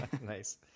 Nice